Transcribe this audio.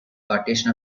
partition